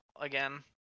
again